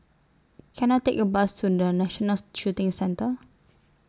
Can I Take A Bus to The National Shooting Centre